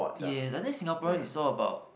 yes I think Singaporean is all about